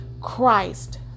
Christ